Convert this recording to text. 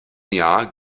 jahr